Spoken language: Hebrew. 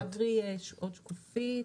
נעבור לשקף הבא.